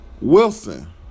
Wilson